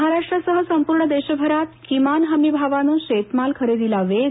महाराष्ट्रासह संपूर्ण देशभरात किमान हमी भावानं शेतमाल खरेदीला वेग